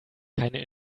keine